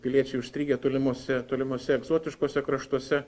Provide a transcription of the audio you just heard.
piliečiai užstrigę tolimose tolimose egzotiškose kraštuose